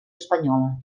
espanyola